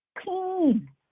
Clean